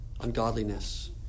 ungodliness